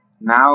Now